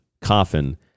coffin